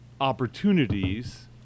opportunities